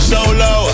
Solo